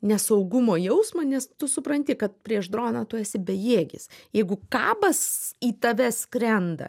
nesaugumo jausmą nes tu supranti kad prieš droną tu esi bejėgis jeigu kabas į tave skrenda